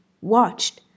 watched